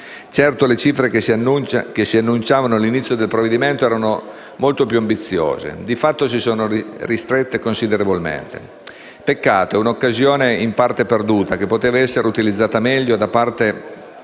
Certo le cifre che si annunciavano all'inizio del provvedimento erano molto più ambiziose, ma di fatto si sono ristrette considerevolmente. Peccato. È un'occasione in parte perduta che poteva essere utilizzata meglio da parte